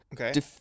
Okay